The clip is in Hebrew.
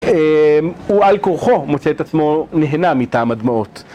הוא על כורחו מוצא את עצמו נהנה מטעם הדמעות.